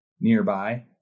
nearby